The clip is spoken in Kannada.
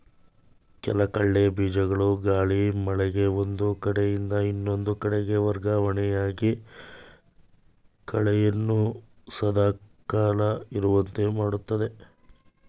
ಕೆಲ ಕಳೆ ಬೀಜಗಳು ಗಾಳಿ, ಮಳೆಗೆ ಒಂದು ಕಡೆಯಿಂದ ಇನ್ನೊಂದು ಕಡೆಗೆ ವರ್ಗವಣೆಯಾಗಿ ಕಳೆಯನ್ನು ಸದಾ ಕಾಲ ಇರುವಂತೆ ಮಾಡುತ್ತದೆ